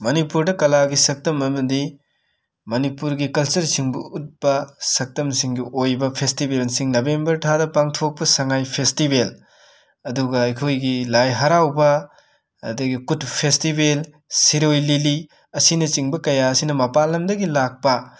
ꯃꯅꯤꯄꯨꯔꯗ ꯀꯂꯥꯒꯤ ꯁꯛꯇꯝ ꯑꯃꯗꯤ ꯃꯅꯤꯄꯨꯔꯒꯤ ꯀꯜꯆꯔꯁꯤꯡꯕꯨ ꯎꯠꯄ ꯑꯛꯇꯝꯁꯤꯡꯒꯤ ꯑꯣꯏꯕ ꯐꯦꯁꯇꯤꯕꯦꯜꯁꯤꯡ ꯅꯕꯦꯝꯕꯔ ꯊꯥꯗ ꯄꯥꯡꯊꯣꯛꯄ ꯁꯉꯥꯏ ꯐꯦꯁꯇꯤꯕꯦꯜ ꯑꯗꯨꯒ ꯑꯩꯈꯣꯏꯒꯤ ꯂꯥꯏ ꯍꯔꯥꯎꯕ ꯑꯗꯒꯤ ꯀꯨꯠ ꯐꯦꯁꯇꯤꯕꯦꯜ ꯁꯤꯔꯣꯏ ꯂꯤꯂꯤ ꯑꯁꯤꯅꯆꯤꯡꯕ ꯀꯌꯥ ꯑꯁꯤꯅ ꯃꯄꯥꯜ ꯂꯝꯗꯒꯤ ꯂꯥꯛꯄ